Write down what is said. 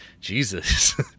Jesus